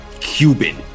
Cuban